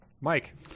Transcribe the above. Mike